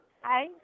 Hi